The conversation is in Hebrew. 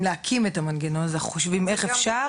להקים את המנגנון הזה וחושבים איך אפשר.